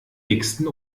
dicksten